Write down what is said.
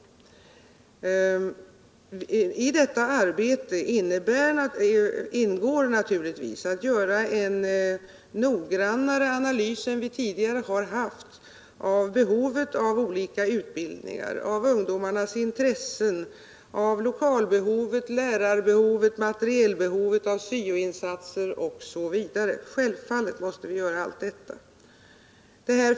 I detta arbete ingår självfallet att göra en noggrannare analys än tidigare av behovet av olika utbildningar, ungdomarnas intressen, lokalbehovet, lärarbehovet, materielbehovet, syo-insatserna osv.